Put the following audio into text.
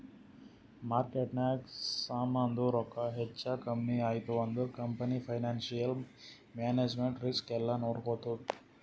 ಮಾರ್ಕೆಟ್ನಾಗ್ ಸಮಾಂದು ರೊಕ್ಕಾ ಹೆಚ್ಚಾ ಕಮ್ಮಿ ಐಯ್ತ ಅಂದುರ್ ಕಂಪನಿ ಫೈನಾನ್ಸಿಯಲ್ ಮ್ಯಾನೇಜ್ಮೆಂಟ್ ರಿಸ್ಕ್ ಎಲ್ಲಾ ನೋಡ್ಕೋತ್ತುದ್